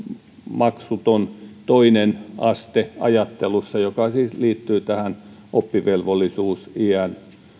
maksuton toinen aste ajattelussa joka siis liittyy tähän oppivelvollisuusiän